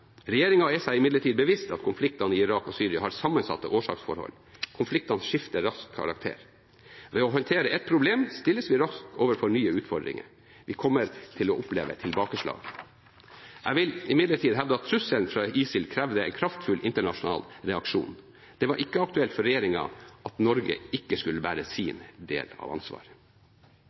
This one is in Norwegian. er seg imidlertid bevisst at konfliktene i Irak og Syria har sammensatte årsaksforhold. Konfliktene skifter raskt karakter. Ved å håndtere et problem stilles vi raskt overfor nye utfordringer. Vi kommer til å oppleve tilbakeslag. Jeg vil imidlertid hevde at trusselen fra ISIL krevde en kraftfull internasjonal reaksjon. Det var ikke aktuelt for regjeringen at Norge ikke skulle bære sin del av